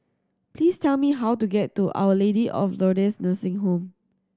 please tell me how to get to Our Lady of Lourdes Nursing Home